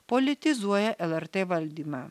politizuoja lrt valdymą